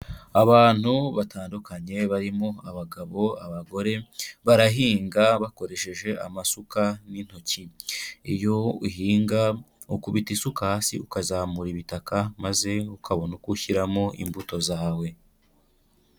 Abantu batandukanye barimo abagabo, abagore barahinga bakoresheje amasuka n'intoki, iyo uhinga ukubita isuka hasi ukazamura ibitaka, maze ukabona uko ushyiramo imbuto zawe.